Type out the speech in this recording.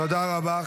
תודה רבה.